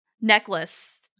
necklace